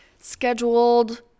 scheduled